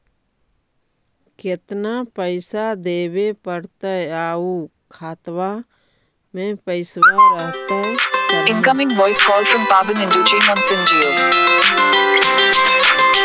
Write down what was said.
केतना पैसा देबे पड़तै आउ खातबा में पैसबा रहतै करने?